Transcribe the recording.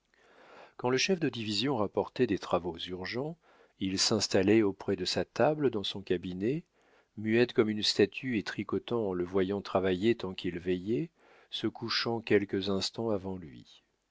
quand le chef de division rapportait des travaux urgents elle s'installait auprès de sa table dans son cabinet muette comme une statue et tricotant en le voyant travailler veillant tant qu'il veillait se couchant quelques instants avant lui